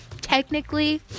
technically